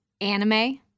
anime